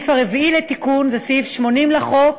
4. סעיף 80 לחוק,